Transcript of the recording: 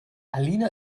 alina